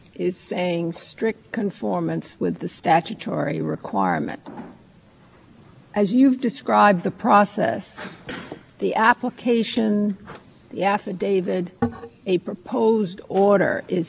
meet approval there's a section within the criminal division called the office of enforcement operations they are responsible for ensuring compliance with both the statutory and internal justice department requirements